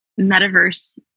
metaverse